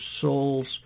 soul's